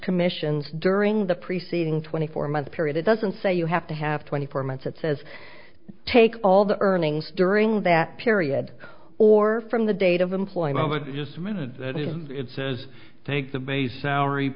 commissions during the preceding twenty four month period it doesn't say you have to have twenty four months it says take all the earnings during that period or from the date of employee but just a minute it says take the base salary